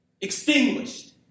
Extinguished